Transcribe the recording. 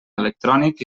electrònic